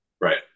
right